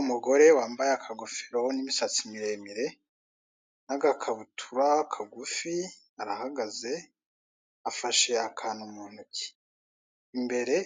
Umugore wambaye akagofero n'imisatsi miremire, n'agakabutura kagufi arahagaze, afashe akantu mu ntoki. Imbere